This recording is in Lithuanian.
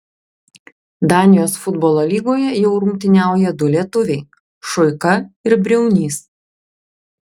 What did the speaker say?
danijos futbolo lygoje jau rungtyniauja du lietuviai šuika ir briaunys